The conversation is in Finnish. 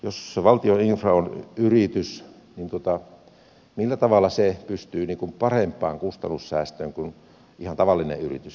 jos valtion infra on yritys niin millä tavalla se pystyy parempaan kustannussäästöön kuin ihan tavallinen yritys